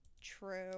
True